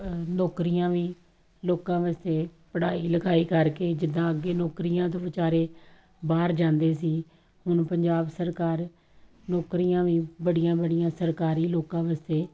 ਨੌਕਰੀਆਂ ਵੀ ਲੋਕਾਂ ਵਾਸਤੇ ਪੜ੍ਹਾਈ ਲਿਖਾਈ ਕਰਕੇ ਜਿੱਦਾਂ ਅੱਗੇ ਨੌਕਰੀਆਂ 'ਤੇ ਵਿਚਾਰੇ ਬਾਹਰ ਜਾਂਦੇ ਸੀ ਹੁਣ ਪੰਜਾਬ ਸਰਕਾਰ ਨੌਕਰੀਆਂ ਵੀ ਬੜੀਆਂ ਬੜੀਆਂ ਸਰਕਾਰੀ ਲੋਕਾਂ ਵਾਸਤੇ